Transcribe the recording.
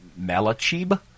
Malachib